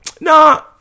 nah